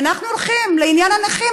כשאנחנו הולכים לעניין הנכים,